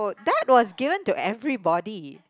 that was given to everybody